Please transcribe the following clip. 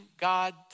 God